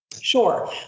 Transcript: Sure